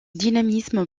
dynamisme